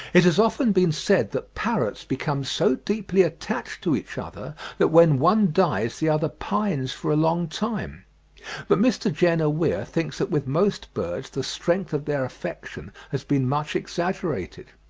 it has often been said that parrots become so deeply attached to each other that when one dies the other pines for a long time but mr. jenner weir thinks that with most birds the strength of their affection has been much exaggerated.